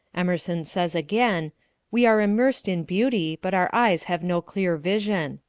emerson says again we are immersed in beauty, but our eyes have no clear vision.